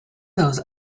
those